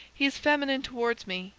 he is feminine towards me,